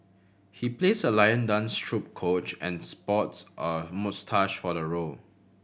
he plays a lion dance troupe coach and sports a moustache for the role